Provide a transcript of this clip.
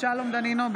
שלום דנינו,